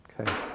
Okay